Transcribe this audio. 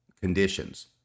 conditions